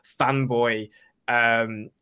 fanboy